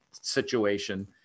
situation